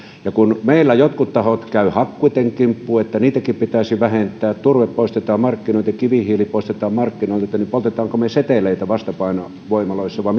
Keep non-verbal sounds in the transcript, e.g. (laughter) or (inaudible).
kun meillä jotkut tahot käyvät hakkuitten kimppuun että niitäkin pitäisi vähentää turve poistetaan markkinoilta kivihiili poistetaan markkinoilta niin poltammeko me seteleitä vastapainoksi voimaloissa vai (unintelligible)